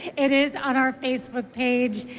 it is on our facebook page.